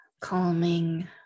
calming